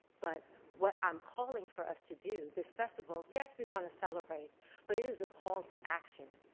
but what i'm calling for us to do, this festival yes, we want to celebrate but it is a call to action.